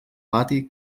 pati